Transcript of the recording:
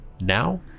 Now